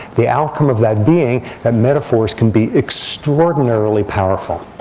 the outcome of that being that metaphors can be extraordinarily powerful.